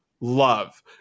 love